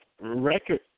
record